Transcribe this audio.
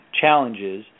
challenges